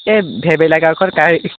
এই ভেবেলা গাঁওখন কাৰ